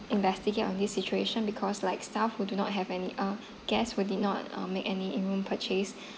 investigate on this situation because like staff who do not have any uh guests who did not uh make any in room purchase